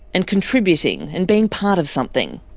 and contributing and being part of something.